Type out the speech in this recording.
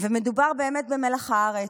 ומדובר באמת במלח הארץ.